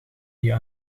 die